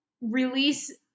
release